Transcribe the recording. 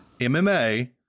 MMA